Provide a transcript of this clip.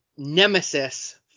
Nemesis